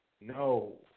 No